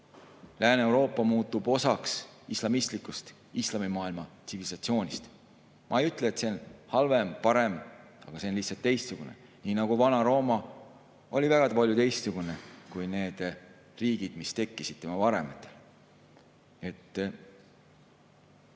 Lääne-Euroopa muutub osaks islamistlikust, islamimaailma tsivilisatsioonist. Ma ei ütle, et see on halvem või parem, aga see on lihtsalt teistsugune. Nii nagu Vana-Rooma oli väga erinev nendest riikidest, mis tekkisid tema varemetel. Ma